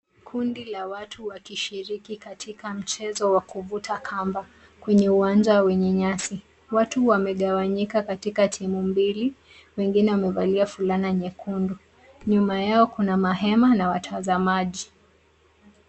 Kundi la watu wakishiriki katika mchezo wa kuvuta kamba kwenye uwanja wenye nyasi. Watu wamegawanyika katika timu mbili, wengine wamevalia fulana nyekundu. Nyuma yao kuna mahema na watazamaji.